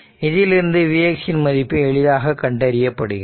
இதிலிருந்து vx இன் மதிப்பு எளிதாக கண்டறியப்படுகிறது